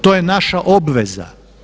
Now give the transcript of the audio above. To je naša obveza.